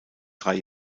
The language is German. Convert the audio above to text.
drei